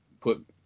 put